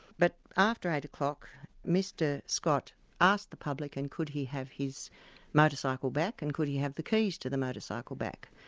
but after eight o'clock mr scott asked the publican could he have his motorcycle back and could he have the keys to the motorcycle back.